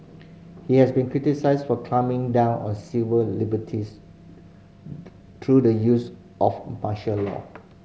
he has been criticised for clamping down on civil liberties through the use of martial law